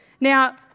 Now